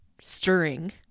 stirring